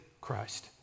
christ